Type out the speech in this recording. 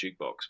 jukebox